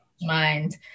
mind